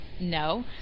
No